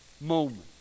moment